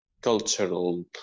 cultural